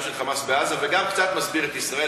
של "חמאס" בעזה וגם קצת מסביר את ישראל,